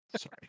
Sorry